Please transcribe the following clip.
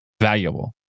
valuable